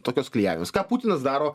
tokios klijavimas ką putinas daro